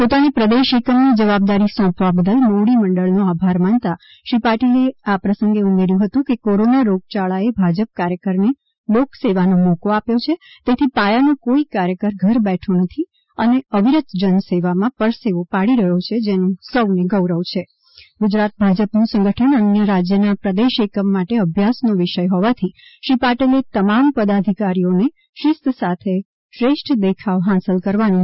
પોતાને પ્રદેશ એકમની જવાબદારી સોંપવા બદલ મોવડી મંડળનો આભાર માનતા શ્રીપાટીલે આ પ્રસંગે ઉમેર્યું હતું કે કોરોના રોગચાળાએ ભાજપ કાર્યકરને લોકસેવાનો મોકો આપ્યો છે તેથી પાયાનો કોઈ કાર્યકર ઘેર બેઠો નથી અને અવિરત જનસેવામાં પરસેવો પડી રહ્યો છેજેનું સૌ ને ગૌરવ છે ગુજરાત ભાજપનું સંગઠન અન્ય રાજ્યના પ્રદેશએકમ માટે અભ્યાસનો વિષય હોવાથી શ્રી પાટિલે તમામ પદાધિકારીઓને શિસ્ત સાથે શ્રેષ્ઠદેખાવ હાંસલ કરવાનું ધ્યેય રાખવા કહ્યું હતું